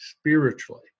spiritually